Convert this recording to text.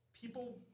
people